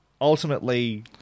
ultimately